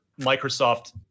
Microsoft